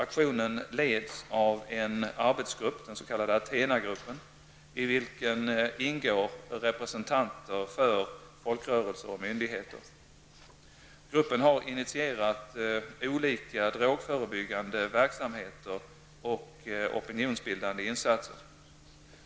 Aktionen leds av en arbetsgrupp -- den s.k. ATHENA-gruppen -- i vilken ingår representanter för folkrörelser och myndigheter. Gruppen har initierat olika drogförebyggande verksamheter och opionsbildande insatser.